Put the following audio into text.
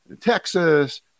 Texas